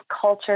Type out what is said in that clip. culture